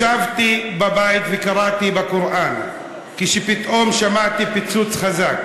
ישבתי בבית וקראתי בקוראן כשפתאום שמעתי פיצוץ חזק.